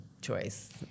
choice